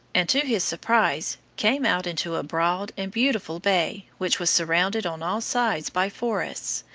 and, to his surprise, came out into a broad and beautiful bay which was surrounded on all sides by forests,